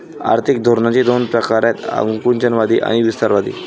आर्थिक धोरणांचे दोन प्रकार आहेत आकुंचनवादी आणि विस्तारवादी